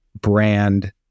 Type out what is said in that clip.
brand